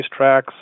racetracks